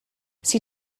sie